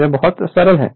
चीजें बहुत सरल हैं